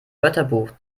wörterbuch